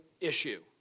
issue